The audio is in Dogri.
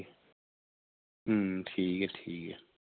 ठीक ऐ ठीक ऐ